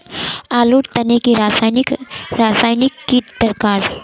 आलूर तने की रासायनिक रासायनिक की दरकार?